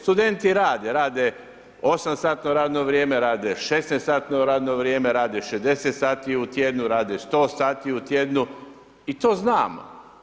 Studenti rade, rade 8 satno radno vrijeme, rade 16 satno radno vrijeme, rade 60 sati u tjednu, rade 100 sati u tjednu i to znamo.